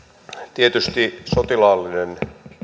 tietysti sotilaallinen